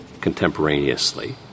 contemporaneously